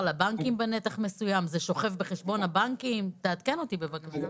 גל לנדאו מהחשב הכללי, בבקשה.